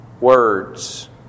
words